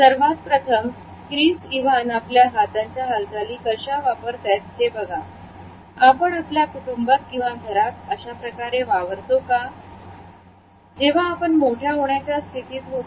सर्वात प्रथम Chris Evan आपल्या हातांच्या हालचाली कशा वापरतोय ते बघा आपण आपल्या कुटुंबात किंवा घरात अशाप्रकारे वावरतो का जेव्हा आपण मोठे होण्याच्या स्थितीत होतो